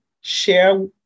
share